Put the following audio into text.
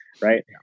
Right